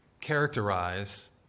characterize